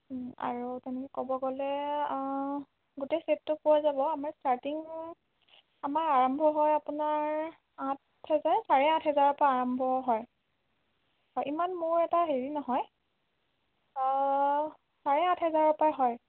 আৰু তেনে কব গ'লে গোটেই চেটটো পোৱা যাব আমি ষ্টাৰটিং আমাৰ আৰম্ভ হয় আপোনাৰ আঠ হাজাৰ চাৰে আঠ হাজাৰৰ পৰা আৰম্ভ হয় হয় ইমান মোৰ এটা হেৰি নহয় চাৰে আঠ হাজাৰৰ পৰা হয়